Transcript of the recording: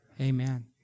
Amen